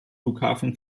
flughafen